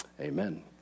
amen